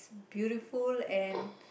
beautiful and